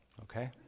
okay